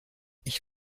ich